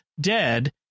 dead